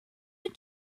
been